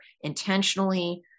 intentionally